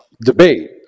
debate